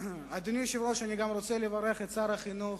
אדוני היושב-ראש, אני רוצה גם לברך את שר החינוך,